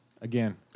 Again